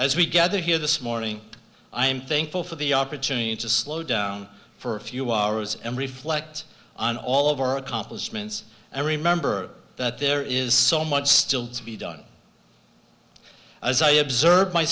as we gather here this morning i am thankful for the opportunity to slow down for a few hours and reflect on all of our accomplishments and remember that there is so much still to be done as i observed my